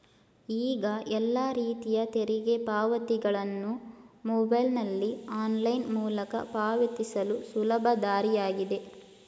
ಈಗ ಎಲ್ಲ ರೀತಿಯ ತೆರಿಗೆ ಪಾವತಿಗಳನ್ನು ಮೊಬೈಲ್ನಲ್ಲಿ ಆನ್ಲೈನ್ ಮೂಲಕ ಪಾವತಿಸಲು ಸುಲಭ ದಾರಿಯಾಗಿದೆ